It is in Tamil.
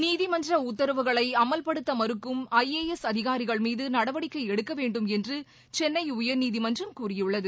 நீதிமன்ற உத்தரவுகளை அமல்படுத்த மறுக்கும் ஐஏஎஸ் அதிகாரிகள் மீது நடவடிக்கை எடுக்க வேண்டும் என்று சென்னை உயர்நீதிமன்றம் கூறியுள்ளது